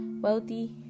wealthy